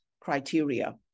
criteria